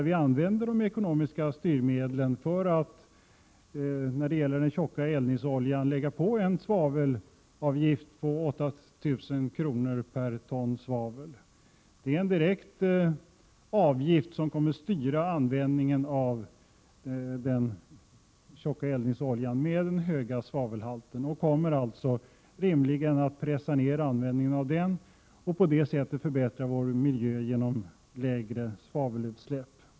Vi använder ekonomiska styrmedel och lägger en svavelavgift på den tjocka eldningsoljan med 8 000 kr. per ton svavel. En sådan avgift skulle styra användningen av den tjocka eldningsoljan, som har den höga svavelhalten, och måste rimligtvis pressa ned användningen av den och förbättra vår miljö genom lägre svavelutsläpp.